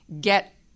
get